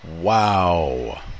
Wow